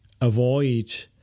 avoid